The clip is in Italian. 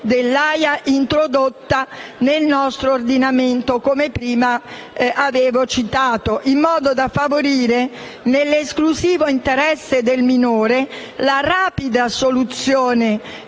dell'Aja, introdotta nel nostro ordinamento come avevo detto precedentemente, in modo da favorire, nell'esclusivo interesse del minore, la rapida soluzione